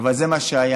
אבל זה מה שהיה.